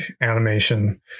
animation